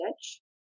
stitch